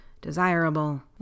desirable